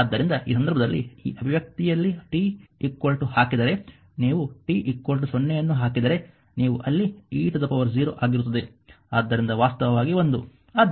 ಆದ್ದರಿಂದ ಈ ಸಂದರ್ಭದಲ್ಲಿ ಈ ಅಭಿವ್ಯಕ್ತಿಯಲ್ಲಿ t ಹಾಕಿದರೆ ನೀವು t 0 ಅನ್ನು ಹಾಕಿದರೆ ನೀವು ಅಲ್ಲಿ e 0 ಆಗಿರುತ್ತದೆ